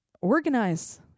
organize